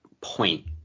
point